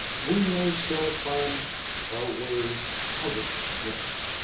we may still find our way out of this mess.